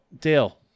Dale